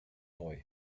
neu